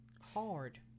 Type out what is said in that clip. Hard